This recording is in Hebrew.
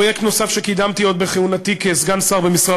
פרויקט נוסף שקידמתי עוד בכהונתי כסגן שר במשרד